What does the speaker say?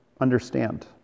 understand